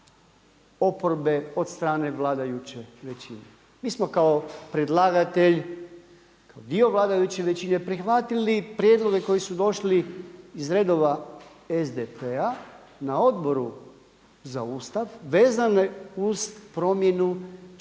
oporbe od strane vladajuće većine. Mi smo kao predlagatelj, kao dio vladajuće većine prihvatili prijedloge koji su došli iz redova SDP-a na odboru za Ustav vezane uz promjenu čak